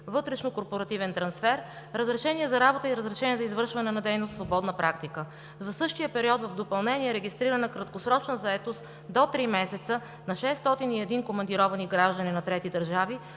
вътрешнокорпоративен трансфер, разрешение за работа и разрешение за извършване на дейност – свободна практика. За същия период в допълнение е регистрирана краткосрочна заетост до три месеца на 601 командировани граждани на трети държави,